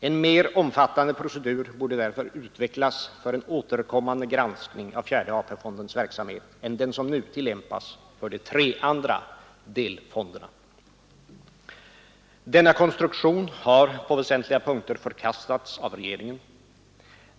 En mer omfattande procedur borde därför utvecklas för en återkommande granskning av fjärde AP-fondens verksamhet än den som nu tillämpas för de tre andra delfonderna. Denna konstruktion har på väsentliga punkter förkastats av regeringen.